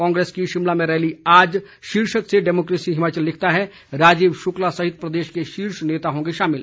कांग्रेस की शिमला में रैली आज शीर्षक से डैमोकेसी हिमाचल लिखता है राजीव शुक्ला सहित प्रदेश के शीर्ष नेता होंगे शामिल